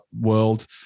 world